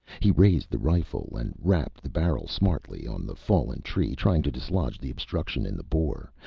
he raised the rifle and rapped the barrel smartly on the fallen tree, trying to dislodge the obstruction in the bore.